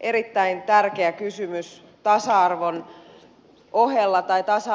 erittäin tärkeä kysymys tasa